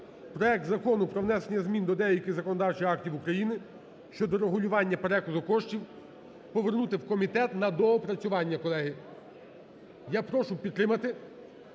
проект Закону про внесення змін до деяких законодавчих актів України щодо регулювання переказу коштів повернути у комітет на доопрацювання, колеги. Я прошу підтримати.